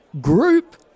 group